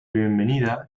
bienvenida